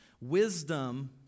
wisdom